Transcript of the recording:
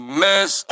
miss